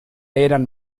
eran